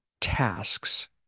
tasks